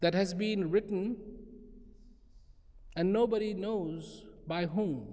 that has been written and nobody knows by whom